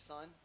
Son